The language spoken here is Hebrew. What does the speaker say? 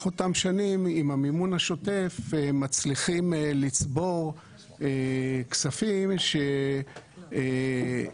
אותן שנים עם המימון השוטף מצליחים לצבור כספים כי הפעילות